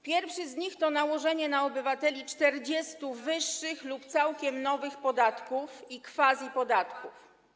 Pierwszy z nich to nałożenie na obywateli 40 wyższych lub całkiem nowych podatków i quasi-podatków.